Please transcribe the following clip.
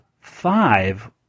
five